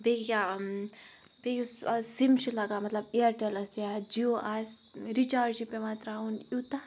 بیٚیہِ یا بیٚیہِ یُس اَز سِم چھِ لَگان مطلب اِیَرٹَلَس یا جِیواَس رِچارٕج چھِ پٮ۪وان ترٛاوُن یوٗتاہ